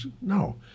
no